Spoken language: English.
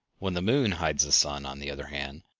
when the moon hides the sun, on the other hand,